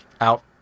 out